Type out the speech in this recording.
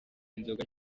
inzoga